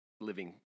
living